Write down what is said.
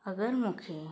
अगरि मूंखे